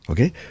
Okay